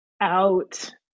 out